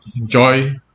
enjoy